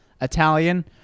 Italian